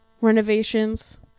renovations